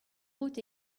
out